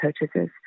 purchases